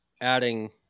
adding